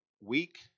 weak